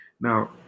Now